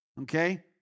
Okay